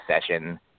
session